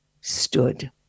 stood